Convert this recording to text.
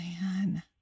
man